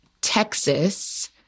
Texas